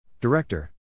Director